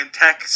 tech